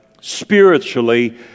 spiritually